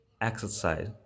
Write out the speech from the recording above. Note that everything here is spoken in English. exercise